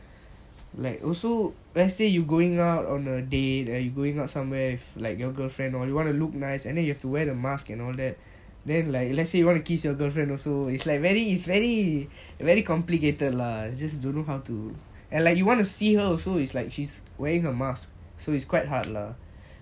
like also let's say you going out on a day and you going out somewhere with like your girlfriend all you want to look nice and then you have to wear the mask and all that then like let's say you want to kiss your girlfriend also it's like very it's very very complicated lah just don't know how to and like you want to see her also it's like she's wearing a mask so it's quite hard lah